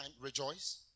Rejoice